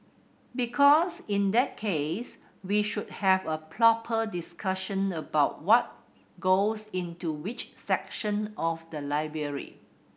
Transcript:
because in that case we should have a proper discussion about what goes into which section of the library